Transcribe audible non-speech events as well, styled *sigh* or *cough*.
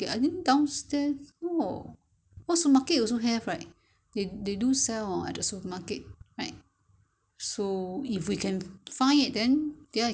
不过 ming qing 不喜欢吃 leh ming qing 不喜欢吃这个 *laughs* 他他不喜欢吃 !aiya! *laughs* 煮也是你自己吃而已他都不喜欢吃的